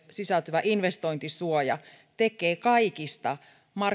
sisältyvä investointisuoja tekee kaikista